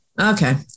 okay